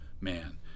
man